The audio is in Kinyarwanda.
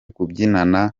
kubyinana